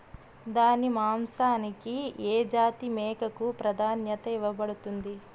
దాని మాంసానికి ఏ జాతి మేకకు ప్రాధాన్యత ఇవ్వబడుతుంది?